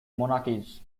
monarchies